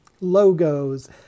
logos